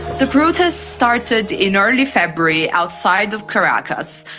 the protests started in early february outside of caracas.